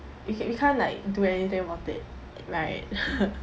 we ca~ we can't like do anything about it right